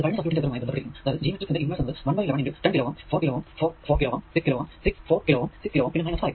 അതായതു G matrix ന്റെ inverse എന്നത് 1 by 11 x 10 kΩ 4 kΩ4 4 kΩ 6 kΩ 6 4 kΩ 6 kΩ പിന്നെ 5